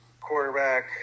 quarterback